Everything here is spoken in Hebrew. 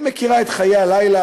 היא מכירה את חיי הלילה,